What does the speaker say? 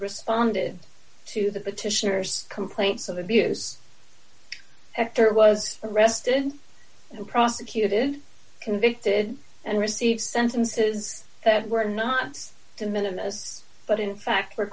responded to the petitioners complaints of abuse there was arrested and prosecuted convicted and received sentences that were not to minimize but in fact were